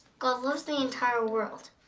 god loves the entire world,